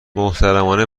محترمانه